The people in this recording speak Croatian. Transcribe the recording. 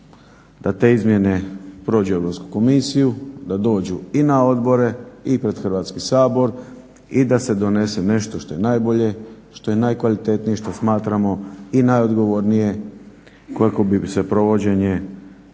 da te izmjene prođu Europsku komisiju, da dođu i na odbore i pred Hrvatski sabor i da se donese nešto što je najbolje, što je najkvalitetnije i što smatramo i najodgovornije ukoliko bi se provođenje